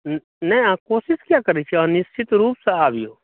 नहि अहाँ कोशिश किआ करैत छी अहाँ निश्चित रूपसँ अबियौ